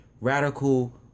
Radical